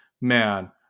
man